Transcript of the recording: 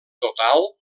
total